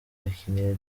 yakiniye